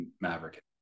Maverick